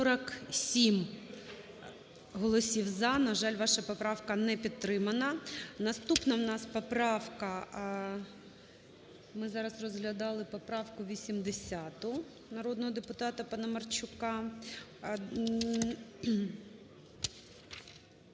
12:47:27 За-47 На жаль, ваша поправка не підтримана. Наступна у нас поправка. Ми зараз розглядали поправку 80 народного депутата Паламарчука.